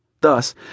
thus